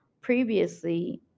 previously